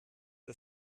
der